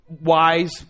wise